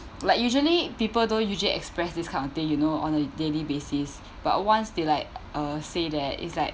like usually people don't usually express this kind of thing you know on a daily basis but once they like uh say that is like